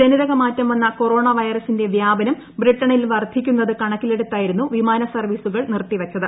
ജനിതക മാറ്റം വന്ന കൊറോണ വൈറസിന്റെ വ്യാപനം ബ്രിട്ടണിൽ വർദ്ധിക്കുന്നത് കണക്കിലെടുത്തായിരുന്നു വിമാന സർവ്വീസുകൾ നിർത്തി വച്ചത്